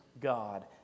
God